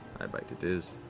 eyebite it is.